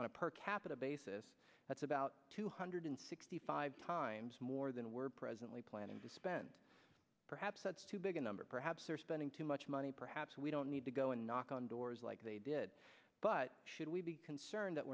on a per capita basis that's about two hundred sixty five times more than we're presently planning to spend perhaps that's too big a number perhaps they're spending too much money perhaps we don't need to go and knock on doors like they did but should we be concerned that